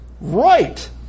right